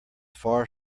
far